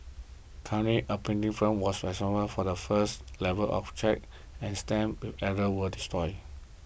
currently a printing firms was for the first level of checks and stamps with errors destroyed